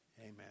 amen